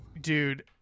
dude